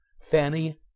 Fanny